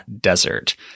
desert